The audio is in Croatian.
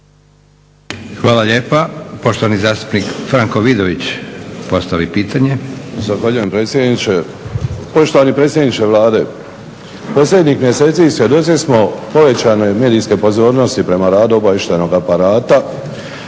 Hvala lijepa. Poštovani zastupnik Franko Vidović postavi pitanje. **Vidović, Franko (SDP)** Zahvaljujem predsjedniče. Poštovani predsjedniče Vlade, posljednjih mjeseci svjedoci smo povećane medijske pozornosti prema radu obavještajnog aparata,